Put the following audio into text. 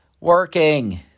working